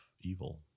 evil